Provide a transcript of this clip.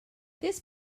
this